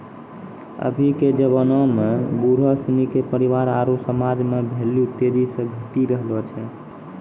अभी के जबाना में बुढ़ो सिनी के परिवार आरु समाज मे भेल्यू तेजी से घटी रहलो छै